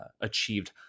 achieved